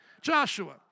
Joshua